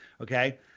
okay